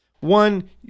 one